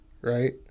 right